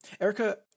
Erica